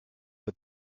but